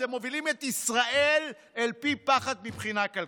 אתם מובילים את ישראל אל פי פחת מבחינה כלכלית.